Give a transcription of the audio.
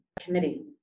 committee